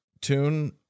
tune